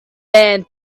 man